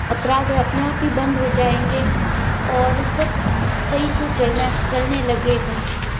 अपराध अपने आप ही बंद हो जाएंगे और सब सही से चलना चलने लगेगा